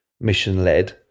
mission-led